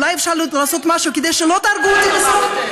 אולי אפשר עוד לעשות משהו כדי שלא תהרגו אותו בסוף,